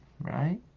Right